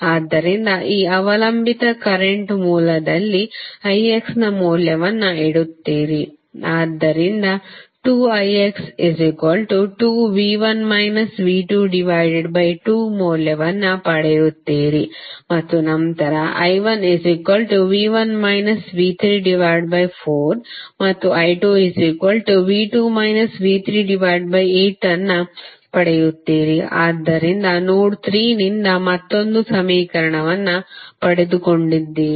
ಆದ್ದರಿಂದ ಈ ಅವಲಂಬಿತ ಕರೆಂಟ್ ಮೂಲದಲ್ಲಿ ix ನ ಮೌಲ್ಯವನ್ನು ಇಡುತ್ತೀರಿ ಆದ್ದರಿಂದ 2ix 2V1 V22 ಮೌಲ್ಯವನ್ನು ಪಡೆಯುತ್ತೀರಿ ಮತ್ತು ನಂತರ I1 V1 V34 ಮತ್ತು I2 V2 V38 ಅನ್ನು ಪಡೆಯುತ್ತೀರಿ ಆದ್ದರಿಂದ ನೋಡ್ 3 ನಿಂದ ಮತ್ತೊಂದು ಸಮೀಕರಣವನ್ನು ಪಡೆದುಕೊಂಡಿದ್ದೀರಿ